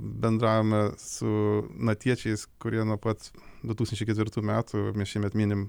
bendravome su natiečiais kurie nuo pat su tūkstančiai ketvirtų metų šiemet minim